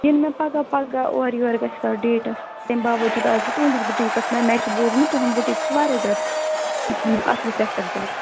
یِنہٕ مےٚ پَگاہ پگاہ اورٕ یورٕ گژھِ تَتھ ڈیٹَس تَمہِ باوجوٗد آسہِ بہٕ تُہُنٛدِس بُٹیٖکَس مےٚ مےٚ چھُ بوٗزمُت تُہُنٛد بُٹیٖک چھُ واریاہ زیادٕ اَصلِس یَتھ پٮ۪ٹھ دِمہٕ